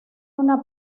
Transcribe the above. una